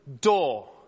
door